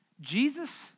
Jesus